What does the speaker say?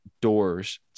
doors